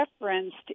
referenced